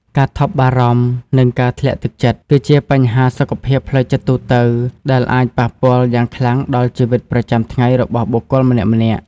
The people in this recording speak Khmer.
ការថប់បារម្ភ និងការធ្លាក់ទឹកចិត្ត គឺជាបញ្ហាសុខភាពផ្លូវចិត្តទូទៅ ដែលអាចប៉ះពាល់យ៉ាងខ្លាំងដល់ជីវិតប្រចាំថ្ងៃរបស់បុគ្គលម្នាក់ៗ។